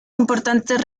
importantes